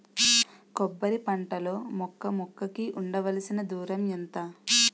కొబ్బరి పంట లో మొక్క మొక్క కి ఉండవలసిన దూరం ఎంత